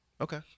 Okay